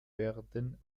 werden